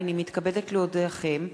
הנני מתכבדת להודיעכם,